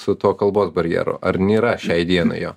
su tuo kalbos barjeru ar nėra šiai dienai jo